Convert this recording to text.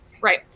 Right